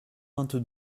vingt